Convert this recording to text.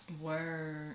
Word